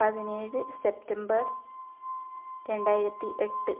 പതിനേഴ് സെപ്റ്റംബർ രണ്ടായിരത്തി എട്ട്